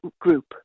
group